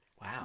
Wow